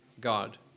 God